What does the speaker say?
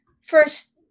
first